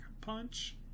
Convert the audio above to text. punch